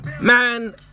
man